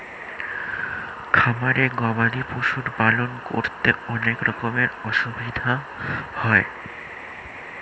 খামারে গবাদি পশুর পালন করতে অনেক রকমের অসুবিধা হয়